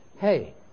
Hey